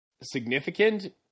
significant